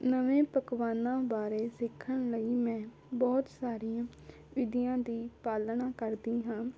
ਨਵੇਂ ਪਕਵਾਨਾਂ ਬਾਰੇ ਸਿੱਖਣ ਲਈ ਮੈਂ ਬਹੁਤ ਸਾਰੀਆਂ ਵਿਧੀਆਂ ਦੀ ਪਾਲਣਾ ਕਰਦੀ ਹਾਂ